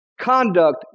conduct